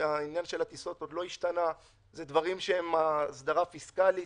עניין הטיסות עוד לא השתנה, זאת הסדרה פיסקלית.